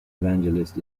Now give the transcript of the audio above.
evangelist